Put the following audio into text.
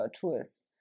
tools